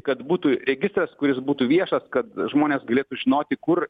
kad būtų registras kuris būtų viešas kad žmonės galėtų žinoti kur